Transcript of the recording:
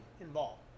involved